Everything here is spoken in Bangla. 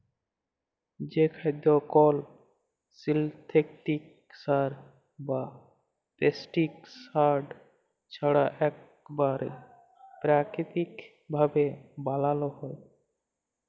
যে খাদ্য কল সিলথেটিক সার বা পেস্টিসাইড ছাড়া ইকবারে পেরাকিতিক ভাবে বানালো হয়